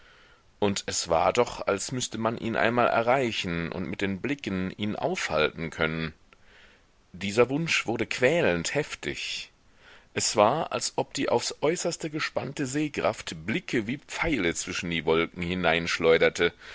und es war doch als müßte man ihn einmal erreichen und mit den blicken ihn aufhalten können dieser wunsch wurde quälend heftig es war als ob die aufs äußerste gespannte sehkraft blicke wie pfeile zwischen die wolken